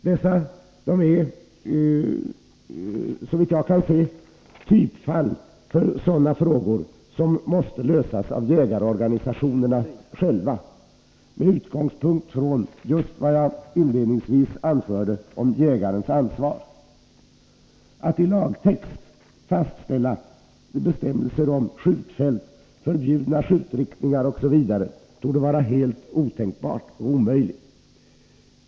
Dessa är, såvitt jag kan se, typfall för sådana frågor som måste lösas av jägarorganisationerna själva, med utgångspunkt i just vad jag inledningsvis anförde om jägarens ansvar. Att i lagtext fastställa bestämmelser om skjutfält, förbjudna skjutriktningar osv. torde vara helt otänkbart och omöjligt.